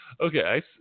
Okay